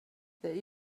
they